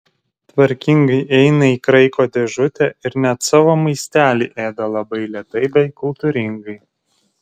tvarkingai eina į kraiko dėžutę ir net savo maistelį ėda labai lėtai bei kultūringai